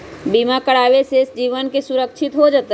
बीमा करावे से जीवन के सुरक्षित हो जतई?